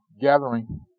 gathering